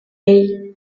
hey